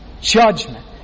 judgment